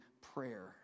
prayer